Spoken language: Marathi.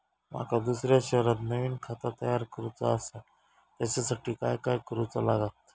माका दुसऱ्या शहरात नवीन खाता तयार करूचा असा त्याच्यासाठी काय काय करू चा लागात?